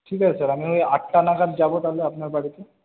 ঠিক আছে স্যার আমি ওই আটটা নাগাদ যাব তাহলে আপনার বাড়িতে